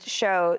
show